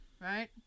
right